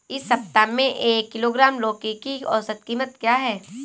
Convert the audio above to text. इस सप्ताह में एक किलोग्राम लौकी की औसत कीमत क्या है?